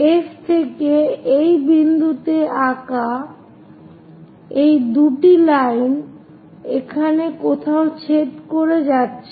F থেকে সেই বিন্দুতে আঁকা এই দুটি লাইন এখানে কোথাও ছেদ করতে যাচ্ছে